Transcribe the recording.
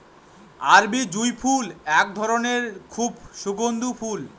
আরবি জুঁই ফুল এক ধরনের খুব সুগন্ধিও ফুল